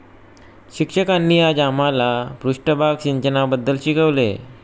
शिक्षकांनी आज आम्हाला पृष्ठभाग सिंचनाबद्दल शिकवले